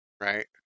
right